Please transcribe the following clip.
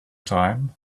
time